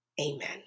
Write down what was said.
amen